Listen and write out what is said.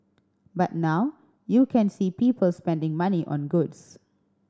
but now you can see people spending money on goods